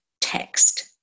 text